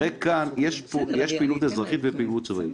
הרי כאן יש פעילות אזרחית ופעילות צבאית,